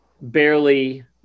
barely